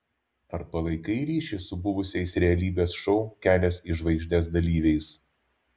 ar palaikai ryšį su buvusiais realybės šou kelias į žvaigždes dalyviais